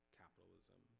capitalism